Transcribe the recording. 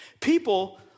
people